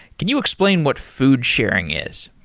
can you explain what food sharing is?